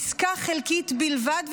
עסקה חלקית בלבד,